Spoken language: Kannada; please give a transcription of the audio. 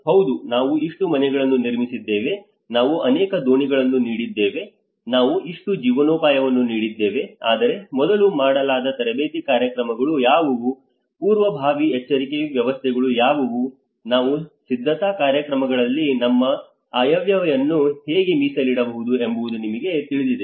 ಹೌದು ನಾವು ಇಷ್ಟು ಮನೆಗಳನ್ನು ನಿರ್ಮಿಸಿದ್ದೇವೆ ನಾವು ಅನೇಕ ದೋಣಿಗಳನ್ನು ನೀಡಿದ್ದೇವೆ ನಾವು ಇಷ್ಟು ಜೀವನೋಪಾಯವನ್ನು ನೀಡಿದ್ದೇವೆ ಆದರೆ ಮೊದಲು ಮಾಡಲಾದ ತರಬೇತಿ ಕಾರ್ಯಕ್ರಮಗಳ ಯಾವುವು ಪೂರ್ವಭಾವಿ ಎಚ್ಚರಿಕೆ ವ್ಯವಸ್ಥೆಗಳು ಯಾವುವು ನಾವು ಸಿದ್ಧತಾ ಕಾರ್ಯಕ್ರಮಗಳಲ್ಲಿ ನಮ್ಮ ಆಯವ್ಯಯನ್ನು ಹೇಗೆ ಮೀಸಲಿಡಬಹುದು ಎಂಬುದು ನಿಮಗೆ ತಿಳಿದಿದೆ